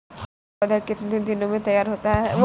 धान का पौधा कितने दिनों में तैयार होता है?